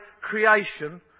creation